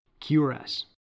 QRS